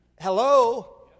hello